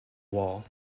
wall